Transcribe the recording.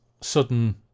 sudden